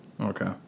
Okay